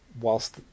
whilst